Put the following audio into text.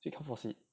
you can't force it